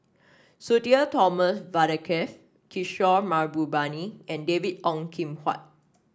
Sudhir Thomas Vadaketh Kishore Mahbubani and David Ong Kim Huat